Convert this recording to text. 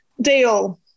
deal